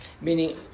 Meaning